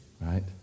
right